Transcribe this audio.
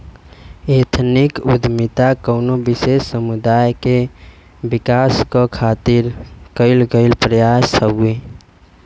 ethnic उद्दमिता कउनो विशेष समुदाय क विकास क खातिर कइल गइल प्रयास हउवे